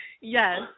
yes